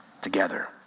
together